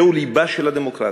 זהו לבה של הדמוקרטיה,